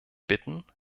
bitten